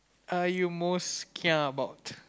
are you most scared about